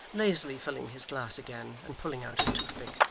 lazily filling his glass again, and pulling out his toothpick.